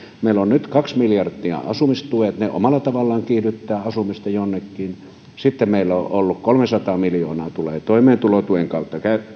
meillä ovat nyt kaksi miljardia asumistuet ja ne omalla tavallaan kiihdyttävät asumista jonnekin sitten meillä kolmesataa miljoonaa tulee toimeentulotuen kautta